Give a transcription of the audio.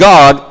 God